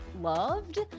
loved